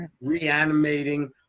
reanimating